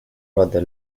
rather